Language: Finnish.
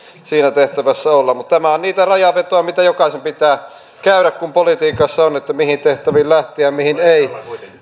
siinä tehtävässä olla mutta tämä on niitä rajanvetoja joita jokaisen pitää käydä kun politiikassa on että mihin tehtäviin lähtee ja mihin ei